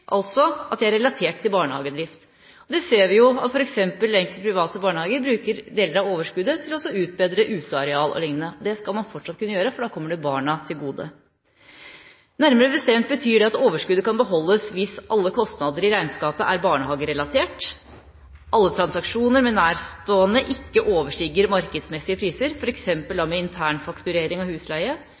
altså at de er relatert til barnehagedrift. Vi ser f.eks. at enkelte barnehager bruker deler av overskuddet til å utbedre uteareal o.l. Det skal man fortsatt kunne gjøre, for det kommer barna til gode. Nærmere bestemt betyr det at overskuddet kan beholdes hvis alle kostnader i regnskapet er barnehagerelatert og alle transaksjoner med nærstående ikke overstiger markedsmessige priser, f.eks. internfakturering av husleie,